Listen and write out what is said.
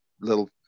little